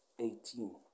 eighteen